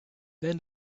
then